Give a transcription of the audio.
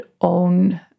own